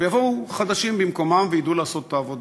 ויבואו חדשים במקומם, וידעו לעשות את העבודה.